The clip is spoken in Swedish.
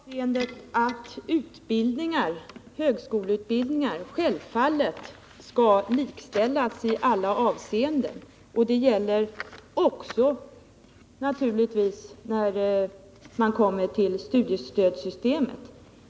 Herr talman! I det avseendet att högskoleutbildningar självfallet skall likställas i alla avseenden, och då naturligtvis också när det gäller studiestödssystemet.